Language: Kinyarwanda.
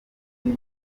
gihe